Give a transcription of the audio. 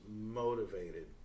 motivated